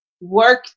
work